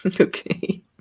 Okay